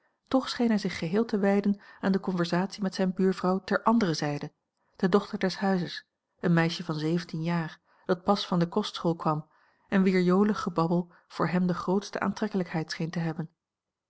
toch scheen hij zich geheel te wijden aan de conversatie met zijne buurvrouw ter andere zijde de dochter deshuizes een meisje van zeventien jaar dat pas van de kostschool kwam en wier jolig gebabbel voor hem de grootste aantrekkelijkheid scheen te hebben